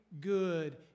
good